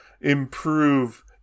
improve